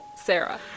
Sarah